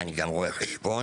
ואני גם רואה חשבון.